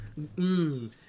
Mmm